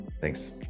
Thanks